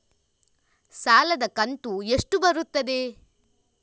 ಸಾಲದ ಕಂತು ಎಷ್ಟು ಬರುತ್ತದೆ?